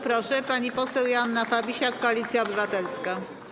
Bardzo proszę, pani poseł Joanna Fabisiak, Koalicja Obywatelska.